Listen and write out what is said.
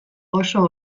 oso